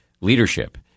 leadership